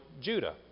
Judah